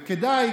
וכדאי,